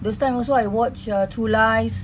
those time also I watch true lies